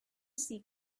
see